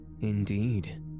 Indeed